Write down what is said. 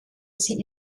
sie